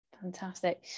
fantastic